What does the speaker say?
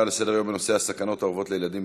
להצעה לסדר-היום בנושא הסכנות האורבות לילדים,